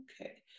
okay